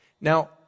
now